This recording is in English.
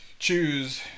choose